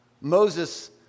Moses